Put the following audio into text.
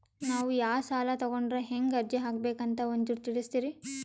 ನಾವು ಯಾ ಸಾಲ ತೊಗೊಂಡ್ರ ಹೆಂಗ ಅರ್ಜಿ ಹಾಕಬೇಕು ಅಂತ ಒಂಚೂರು ತಿಳಿಸ್ತೀರಿ?